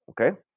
okay